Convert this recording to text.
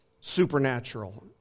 supernatural